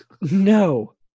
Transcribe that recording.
No